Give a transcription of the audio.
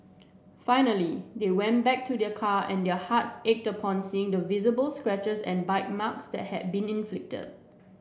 finally they went back to their car and their hearts ached upon seeing the visible scratches and bite marks that had been inflicted